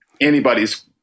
anybody's